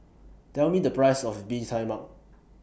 Tell Me The Price of Bee Tai Mak